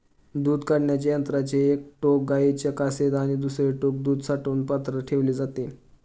दूध काढण्याच्या यंत्राचे एक टोक गाईच्या कासेत आणि दुसरे टोक दूध साठवण पात्रात ठेवले जाते